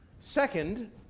Second